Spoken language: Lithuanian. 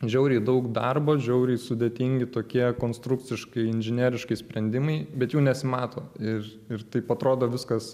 žiauriai daug darbo žiauriai sudėtingi tokie konstrukciškai inžineriškai sprendimai bet jų nesimato ir ir taip atrodo viskas